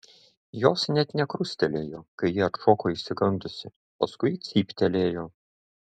jos net nekrustelėjo kai ji atšoko išsigandusi paskui cyptelėjo